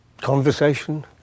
conversation